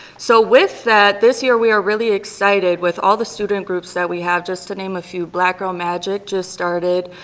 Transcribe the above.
so with that, this year we are really excited with all the student groups that we have. just to name a few, black girl magic just started.